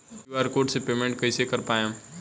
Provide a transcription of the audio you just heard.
QR code से payment कईसे कर पाएम?